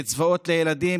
קצבאות לילדים,